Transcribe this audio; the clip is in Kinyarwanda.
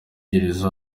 gereza